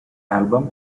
album